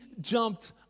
jumped